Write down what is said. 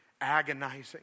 agonizing